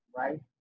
right